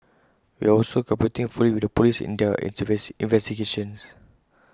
we are also cooperating fully with the Police in their investigations